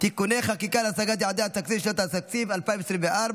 (תיקוני חקיקה להשגת יעדי התקציב לשנת התקציב 2024),